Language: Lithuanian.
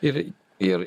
ir ir